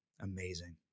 Amazing